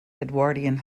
edwardian